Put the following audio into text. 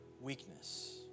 weakness